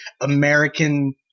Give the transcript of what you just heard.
American